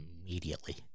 immediately